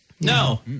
No